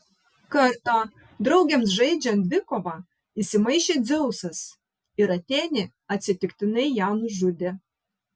kartą draugėms žaidžiant dvikovą įsimaišė dzeusas ir atėnė atsitiktinai ją nužudė